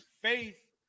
faith